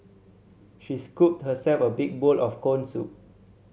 she scooped herself a big bowl of corn soup